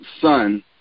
son